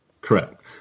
Correct